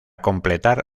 completar